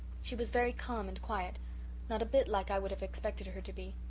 she was very calm and quiet not a bit like i would have expected her to be.